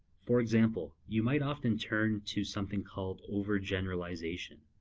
for example, you might often turn to something called overgeneralizations,